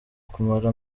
kumara